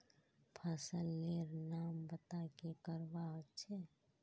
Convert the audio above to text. फसल लेर नाम बता की करवा होचे?